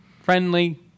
friendly